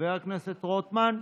חבר הכנסת רוטמן,